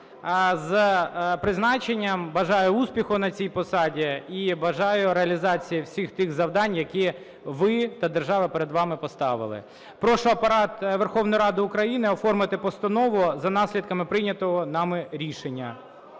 з призначенням. Бажаю успіху на цій посаді. І бажаю реалізації всіх тих завдань, які ви та держава перед вами поставили. Прошу Апарат Верховної Ради України оформити постанову за наслідками прийнятого нами рішення.